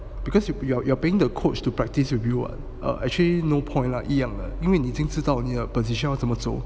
because you you are you are paying the coach to practice with you ah actually no point lah 一样的因为你已经知道你的 position 要怎么走